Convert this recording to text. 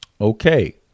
Okay